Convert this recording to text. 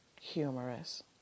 Humorous